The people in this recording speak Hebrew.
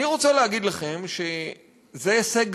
אני רוצה להגיד לכם שזה הישג גדול,